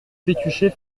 pécuchet